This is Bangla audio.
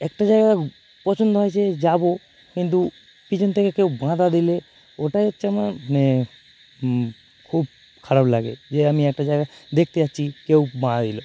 একটা জায়গা পছন্দ হয়েছে যাবো কিন্তু পিছন থেকে কেউ বাধা দিলে ওটা হচ্ছে আমার মানে খুব খারাপ লাগে যে আমি একটা জায়গা দেখতে যাচ্ছি কেউ বাধা দিল